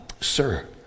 sir